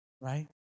right